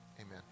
Amen